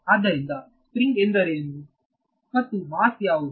ಆದ್ದರಿಂದ ಸ್ಪ್ರಿಂಗ್ ಎಂದರೇನು ಮತ್ತು ಮಾಸ್ ಯಾವುದು